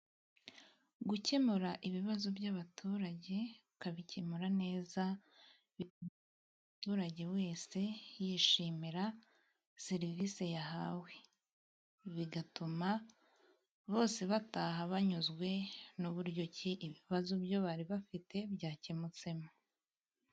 Gukemura ibibazo by'abaturage ukabikemura neza, buri muturage wese yishimira serivisi yahawe, bigatuma bose bataha banyuzwe, n'uburyo ki ibibazo byo bari bafite byakemutsemo.